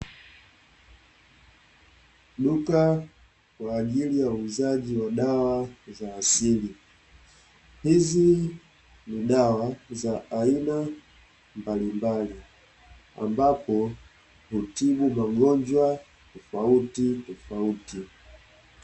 Duka kwa ajili ya uuzaji wa dawa za asili hizi ni dawa za aina mbalimbali ambapo hutibu magonjwa tofautitofauti.